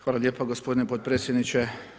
Hvala lijepa gospodine potpredsjedniče.